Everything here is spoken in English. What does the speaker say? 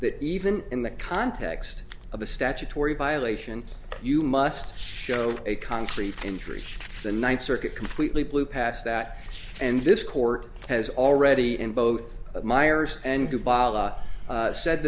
that even in the context of a statutory violation you must show a concrete injury the nine circuit completely blew past that and this court has already in both miers and said